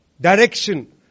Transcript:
Direction